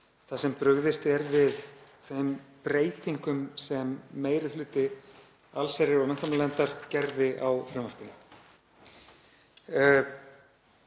þar sem brugðist er við þeim breytingum sem meiri hluti allsherjar- og menntamálanefndar gerði á frumvarpinu.